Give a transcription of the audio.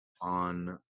on